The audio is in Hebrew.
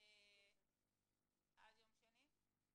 עד יום שני?